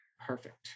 Perfect